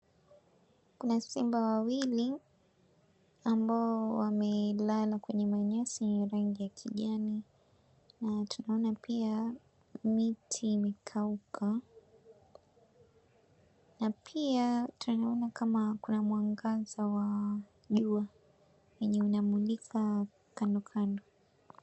Kuna Simba wawili ambao wamelala kwenye manyasi ya rangi ya kijani na tunaona pia miti imekauka na pia tunaona kama kuna mwangaza wa jua wenye unamulika kando kando.